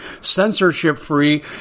censorship-free